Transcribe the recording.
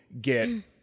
get